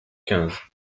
quinze